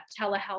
telehealth